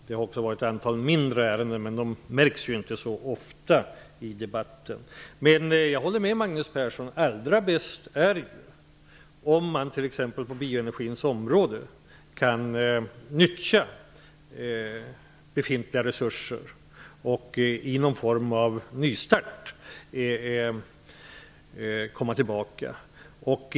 Det har också funnits ett antal mindre ärenden, men de märks ju inte så ofta i debatten. Jag håller med Magnus Persson. Allra bäst är det om man, t.ex. på bioenergins område, kan nyttja befintliga resurser och komma tillbaka i någon form av nystart.